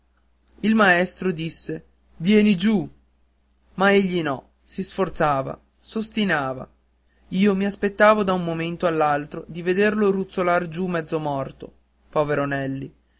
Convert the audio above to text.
il maestro disse vieni giù ma egli no si sforzava s'ostinava io m'aspettavo da un momento all'altro di vederlo ruzzolar giù mezzo morto povero nelli